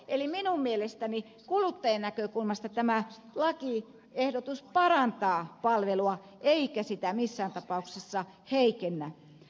eli minun mielestäni kuluttajan näkökulmasta tämä lakiehdotus parantaa palvelua eikä sitä missään tapauksessa heikennä